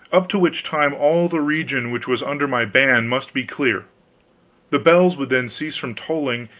up to which time all the region which was under my ban must be clear the bells would then cease from tolling,